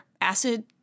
acid